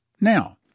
Now